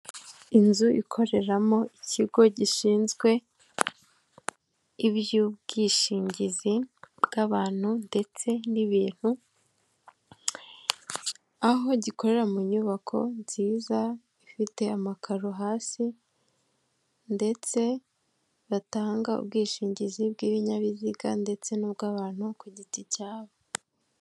Inzu ikoreramo ikigo gishinzwe iby'ubwishingizi bw'abantu ndetse n'ibintu, aho gikorera mu nyubako nziza ifite amakaro hasi ndetse batanga ubwishingizi bw'ibinyabiziga ndetse n'ubw'abantu ku giti cyabo.